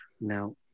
Now